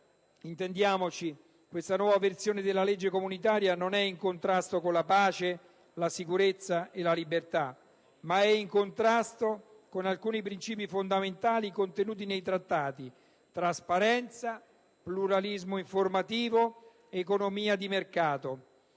Intendiamoci, questa nuova versione della legge comunitaria non è in contrasto con la pace, la sicurezza e la libertà, ma è in contrasto con alcuni princìpi fondamentali contenuti nei Trattati: trasparenza, pluralismo informativo, economia di mercato.